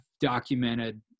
documented